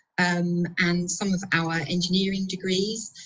and and some of our engineering degrees,